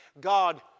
God